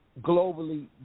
globally